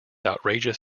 outrageous